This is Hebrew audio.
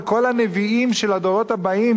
וכל הנביאים של הדורות הבאים